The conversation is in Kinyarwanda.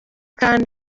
kandi